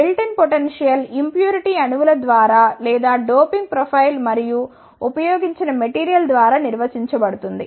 built-in potential impurity అణువుల ద్వారా లేదా డోపింగ్ ప్రొఫైల్ మరియు ఉపయోగించిన మెటీరియల్ ద్వారా నిర్వచించబడుతుంది